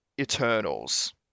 Eternals